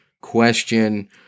question